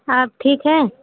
آپ ٹھیک ہیں